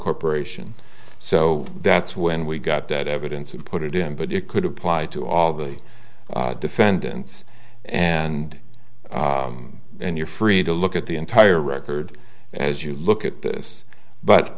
corporation so that's when we got that evidence and put it in but it could apply to all the defendants and and you're free to look at the entire record as you look at this but